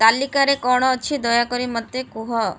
ତାଲିକାରେ କ'ଣ ଅଛି ଦୟାକରି ମୋତେ କୁହ